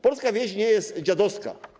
Polska wieś nie jest dziadowska.